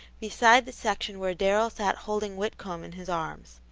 beside the section where darrell sat holding whitcomb in his arms.